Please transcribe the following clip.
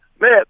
Man